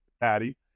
Patty